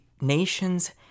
nation's